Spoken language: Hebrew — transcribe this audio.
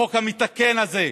החוק המתקן הזה,